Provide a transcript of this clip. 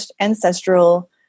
ancestral